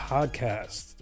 Podcast